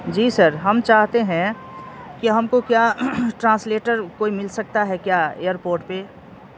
جی sir ہم چاہتے ہیں کہ ہم کو کیا ٹرانسلیٹر کوئی مل سکتا ہے کیا ایئر پورٹ پہ